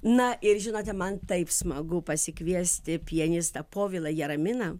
na ir žinote man taip smagu pasikviesti pianistą povilą jaraminą